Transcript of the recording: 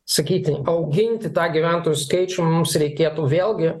sakyti auginti tą gyventojų skaičių mums reikėtų vėlgi